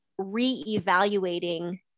reevaluating